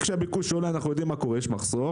וכאשר הביקוש עולה אנחנו יודעים מה קורה יש מחסור,